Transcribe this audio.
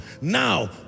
Now